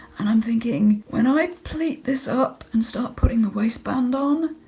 and i'm thinking when i pleat this up and start putting the waistband on,